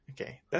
Okay